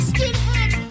Skinhead